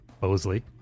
Bosley